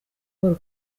paul